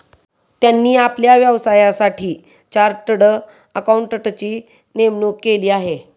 त्यांनी आपल्या व्यवसायासाठी चार्टर्ड अकाउंटंटची नेमणूक केली आहे